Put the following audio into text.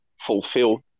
fulfill